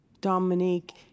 Dominique